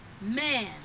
man